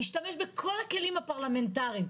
להשתמש בכל הכלים הפרלמנטריים,